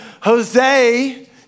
Jose